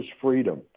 freedom